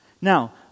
Now